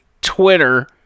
Twitter